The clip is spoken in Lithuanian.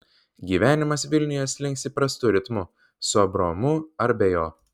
gyvenimas vilniuje slinks įprastu ritmu su abraomu ar be jo